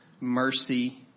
mercy